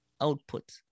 output